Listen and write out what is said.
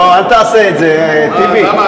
לא, אל תעשה את זה, טיבי.